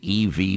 EV